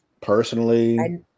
personally